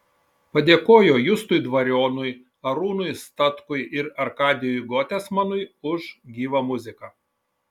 padėkojo justui dvarionui arūnui statkui ir arkadijui gotesmanui už gyvą muziką